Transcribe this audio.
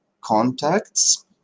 contacts